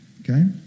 Okay